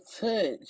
touch